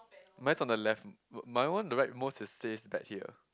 mine's on the left my one the right most it says back here